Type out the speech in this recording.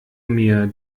mir